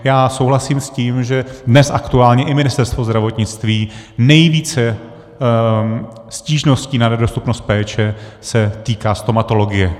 Já souhlasím s tím, že dnes aktuálně i Ministerstvo zdravotnictví, nejvíce stížností na nedostupnost péče se týká stomatologie.